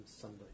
Sunday